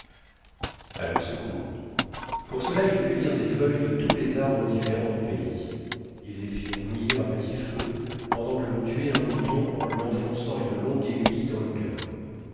à leur secours pour cela ils cueillirent des feuilles de tous les arbres différents du pays ils les firent bouillir à petit feu pendant que l'on tuait un mouton en lui enfonçant une longue aiguille dans le cur